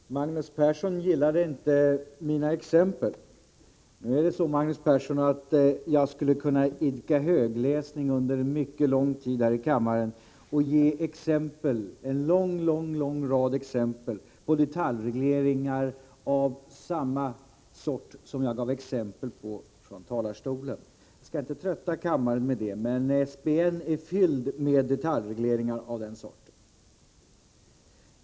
Herr talman! Magnus Persson gillade inte mina exempel. Jag skulle kunna idka högläsning under mycket lång tid här i kammaren och ge en lång rad exempel på detaljregleringar av samma sort som jag gav exempel på från talarstolen. Jag skall inte trötta kammaren med det, men SBN är full med detaljregleringar av det slaget.